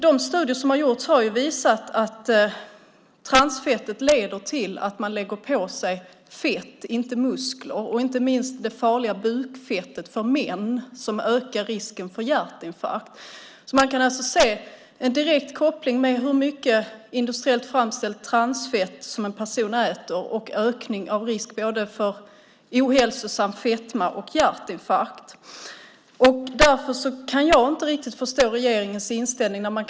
De studier som har gjorts har visat att transfettet leder till att man lägger på sig fett, inte muskler, och inte minst det farliga bukfettet för män, som ökar risken för hjärtinfarkt. Man kan alltså se en direkt koppling mellan hur mycket industriellt framställt transfett en person äter och ökningen av risken för både ohälsosam fetma och hjärtinfarkt. Därför kan jag inte riktigt förstå regeringens inställning.